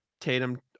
tatum